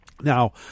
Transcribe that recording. Now